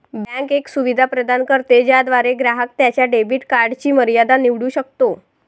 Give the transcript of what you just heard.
bank एक सुविधा प्रदान करते ज्याद्वारे ग्राहक त्याच्या डेबिट कार्डची मर्यादा निवडू शकतो